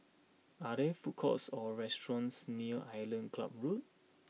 are there food courts or restaurants near Island Club Road